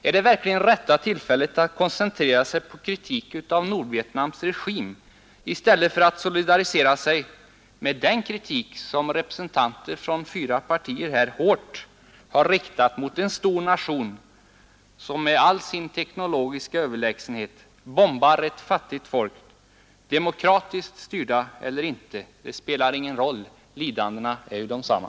Är detta verkligen rätta tillfället att koncentrera sig på en kritik av Nordvietnams regim i stället för att solidarisera sig med den hårda kritik, som representanter för fyra partier har riktat mot en stor nation som med all sin teknologiska överlägsenhet bombar ett fattigt folk, demokratiskt styrt eller inte spelar ingen roll — lidandena är desamma?